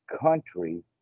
country